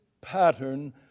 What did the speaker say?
pattern